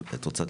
כזכור,